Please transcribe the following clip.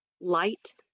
light